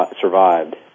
survived